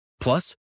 Plus